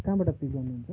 कहाँबट pick गर्नु हुन्छ